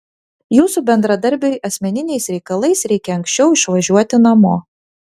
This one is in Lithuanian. jūsų bendradarbiui asmeniniais reikalais reikia anksčiau išvažiuoti namo